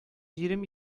җирем